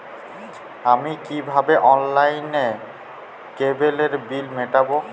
আমি কিভাবে অনলাইনে কেবলের বিল মেটাবো?